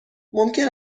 ممکن